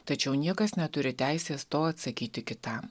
tačiau niekas neturi teisės to atsakyti kitam